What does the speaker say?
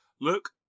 Look